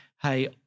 hey